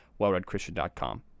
wellreadchristian.com